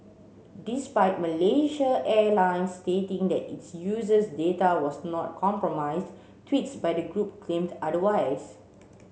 despite Malaysia Airlines stating that its users data was not compromised tweets by the group claimed otherwise